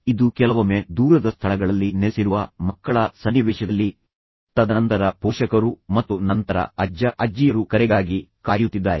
ಈಗ ಇದು ಕೆಲವೊಮ್ಮೆ ದೂರದ ಸ್ಥಳಗಳಲ್ಲಿ ನೆಲೆಸಿರುವ ಮಕ್ಕಳ ಸನ್ನಿವೇಶದಲ್ಲಿ ತದನಂತರ ಪೋಷಕರು ಮತ್ತು ನಂತರ ಅಜ್ಜ ಅಜ್ಜಿಯರು ಕರೆಗಾಗಿ ಕಾಯುತ್ತಿದ್ದಾರೆ